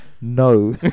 No